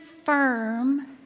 firm